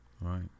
Right